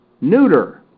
neuter